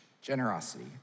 generosity